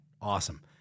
Awesome